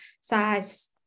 size